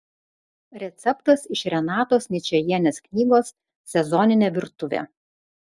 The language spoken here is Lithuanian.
receptas iš renatos ničajienės knygos sezoninė virtuvė